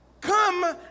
come